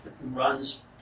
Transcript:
runs